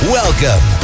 welcome